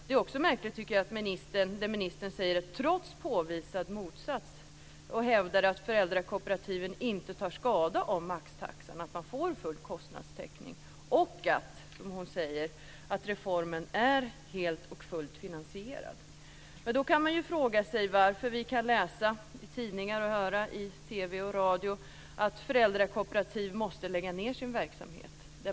Det är också märkligt, tycker jag, att ministern, trots påvisad motsats, hävdar att föräldrakooperativen inte tar skada av maxtaxan, att de får full kostnadstäckning och att, som hon säger, reformen är helt och fullt finansierad. Då kan man fråga sig varför vi kan läsa i tidningar och höra i TV och radio att föräldrakooperativ måste lägga ned sin verksamhet.